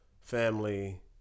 family